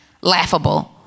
laughable